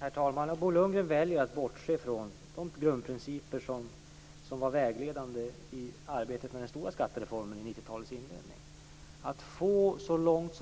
Herr talman! Bo Lundgren väljer att bortse från de grundprinciper som var vägledande i arbetet med den stora skattereformen i 90-talets inledning. Det gällde att